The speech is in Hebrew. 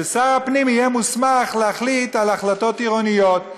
ששר הפנים יהיה מוסמך להחליט על החלטות עירוניות.